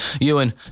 Ewan